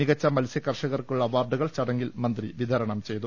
മികച്ച മത്സൃ കർഷകർക്കുള്ള അവാർഡുകൾ ചടങ്ങിൽ മന്ത്രി വിതരണം ചെയ്തു